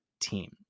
team